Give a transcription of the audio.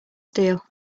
steel